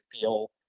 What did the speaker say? feel